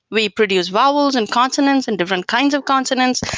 we produce vowels and consonants and different kinds of consonants,